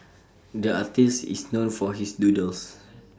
the artist is known for his doodles